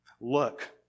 Look